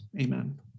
Amen